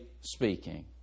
speaking